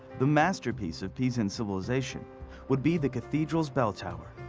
the masterpiece of pisan civilization would be the cathedral's bell tower,